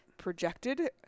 projected